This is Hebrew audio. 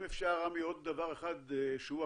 אם אפשר, עמי, עוד דבר אחד שהוא אקטואלי,